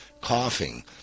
coughing